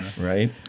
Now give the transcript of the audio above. right